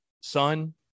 son